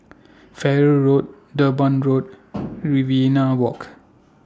Farrer Road Durban Road Riverina Walk